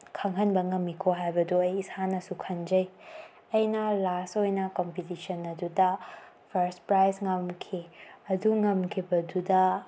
ꯈꯪꯍꯟꯕ ꯉꯝꯃꯤꯀꯣ ꯍꯥꯏꯕꯗꯣ ꯑꯩ ꯏꯁꯥꯅꯁꯨ ꯈꯟꯖꯩ ꯑꯩꯅ ꯂꯥꯁ ꯑꯣꯏꯅ ꯀꯝꯄꯤꯇꯤꯁꯟ ꯑꯗꯨꯗ ꯐꯥꯔꯁ ꯄ꯭ꯔꯥꯏꯖ ꯉꯝꯈꯤ ꯑꯗꯨ ꯉꯝꯈꯤꯕꯗꯨꯗ